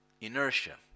inertia